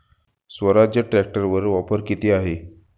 स्वराज्य ट्रॅक्टरवर ऑफर किती आहे?